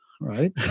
Right